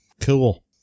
Cool